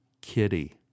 kitty